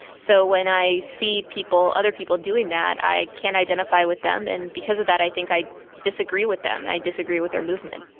so when i see people, other people doing that, i can't identify with them, and because of that i think i disagree with them, i disagree with their movement.